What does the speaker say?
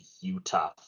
Utah